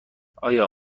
آیا